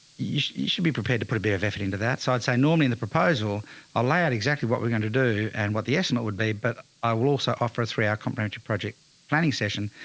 you should be prepared to put a bit of effort into that so i'd say normally in the proposal i ah lay out exactly what we're going to do and what the estimate would be. but i will also offer a three hour comprehensive project planning session.